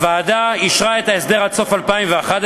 הוועדה אישרה את ההסדר עד סוף 2011,